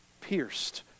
pierced